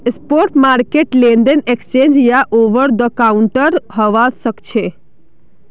spot market लेनदेन exchange या over the counter हवा सक्छे